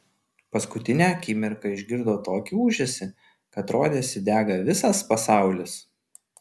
paskutinę akimirką išgirdo tokį ūžesį kad rodėsi dega visas pasaulis